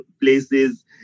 places